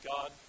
God